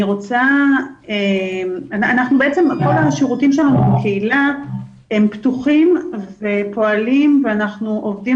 כל השירותים שלנו בקהילה פתוחים ופועלים ואנחנו עובדים